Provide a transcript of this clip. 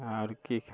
आओर की कही